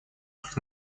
как